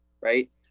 right